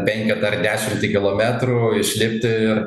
penketą dar dešimt kilometrų išlipti